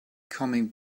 coming